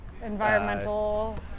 environmental